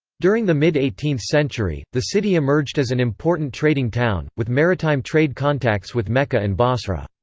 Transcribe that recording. during the mid eighteenth century, the city emerged as an important trading town, with maritime trade contacts with mecca and basra.